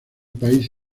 país